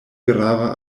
grava